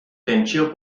tentsio